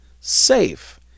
safe